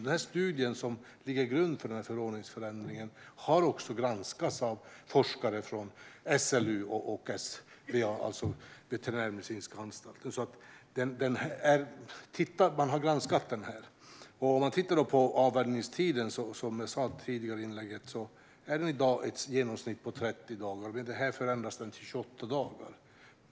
Den studie som ligger till grund för förordningsförändringen har granskats av forskare från SLU och SVA, Statens veterinärmedicinska anstalt. Detta har alltså granskats. Som jag sa i mitt tidigare inlägg är avvänjningstiden i dag i genomsnitt 30 dagar, och med detta förslag ändras den till 28 dagar.